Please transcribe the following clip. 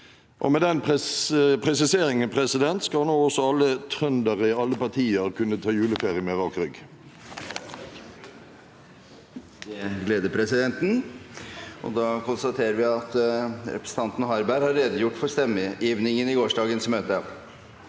med den presiseringen skal nå også alle trøndere i alle partier kunne ta juleferie med rak rygg. Presidenten: Det gleder presidenten. Da konstaterer vi at representanten Harberg har redegjort for stemmegivningen i gårsdagens møte.